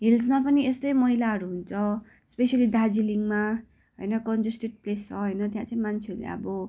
हिल्समा पनि यस्तै मैलाहरू हुन्छ स्पेसली दार्जिलिङमा होइन कन्जेस्टेड प्लेस छ होइन त्यहाँ चाहिँ मान्छेहरूले अब